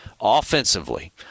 offensively